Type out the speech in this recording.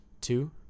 Two